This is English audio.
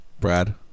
Brad